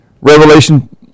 Revelation